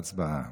הצבעה.